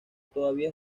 todavía